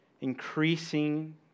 increasing